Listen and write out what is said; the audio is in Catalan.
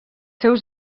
seus